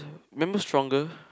remember stronger